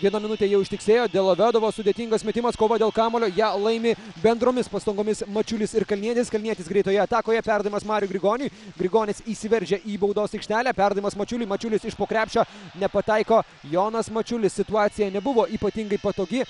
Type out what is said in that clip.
viena minutė jau ištiksėjo delovedova sudėtingas metimas kova dėl kamuolio ją laimi bendromis pastangomis mačiulis ir kalnietis kalnietis greitoje atakoje perdavimas mariui grigoniui grigonis įsiveržia į baudos aikštelę perdavimas mačiuliui mačiulis iš po krepšio nepataiko jonas mačiulis situacija nebuvo ypatingai patogi